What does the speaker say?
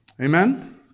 Amen